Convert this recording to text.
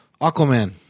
Aquaman